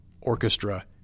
orchestra